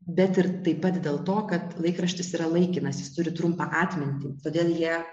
bet ir taip pat dėl to kad laikraštis yra laikinas jis turi trumpą atmintį todėl jie